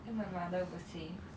then my mother will say